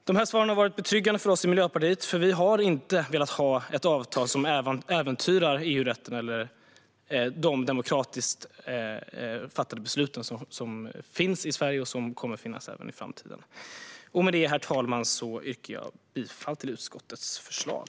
De här svaren har varit betryggande för oss i Miljöpartiet, för vi har inte velat ha ett avtal som äventyrar EU-rätten eller de demokratiskt fattade beslut som finns i Sverige och som kommer att finnas även i framtiden. Med detta, herr talman, yrkar jag bifall till utskottets förslag.